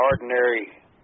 ordinary